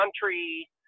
country